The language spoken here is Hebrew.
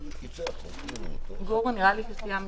הוספת סעיף 32יא 5. אחרי סעיף 32י לחוק העיקרי יבוא: